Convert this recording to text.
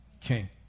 king